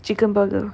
chicken burger